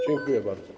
Dziękuję bardzo.